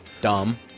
Dumb